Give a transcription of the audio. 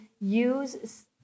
use